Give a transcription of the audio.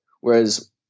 whereas